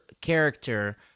character